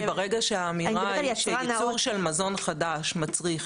כי ברגע שהאמירה שייצור של מזון חדש מצריך